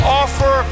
offer